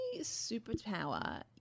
superpower